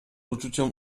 uczuciem